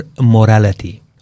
morality